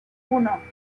uno